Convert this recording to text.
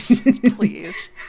please